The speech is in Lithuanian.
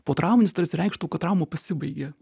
potrauminis tarsi reikštų kad trauma pasibaigė